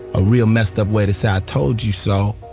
a real messed-up way to say i told you so,